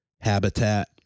habitat